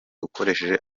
ukoresheje